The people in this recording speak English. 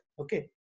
okay